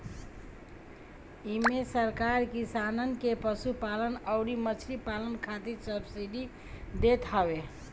इमे सरकार किसानन के पशुपालन अउरी मछरी पालन खातिर सब्सिडी देत हवे